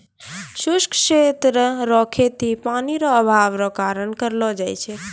शुष्क क्षेत्र रो खेती पानी रो अभाव रो कारण करलो जाय छै